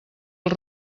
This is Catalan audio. els